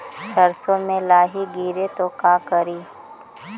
सरसो मे लाहि गिरे तो का करि?